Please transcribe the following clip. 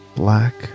black